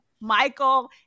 Michael